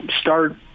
start